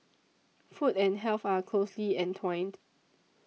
food and health are closely entwined